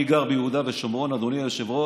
אני גר ביהודה ושומרון, אדוני היושב-ראש,